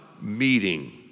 meeting